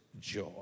joy